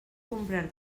comprar